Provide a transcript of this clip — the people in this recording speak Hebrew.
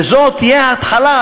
וזאת תהיה ההתחלה,